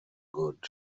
good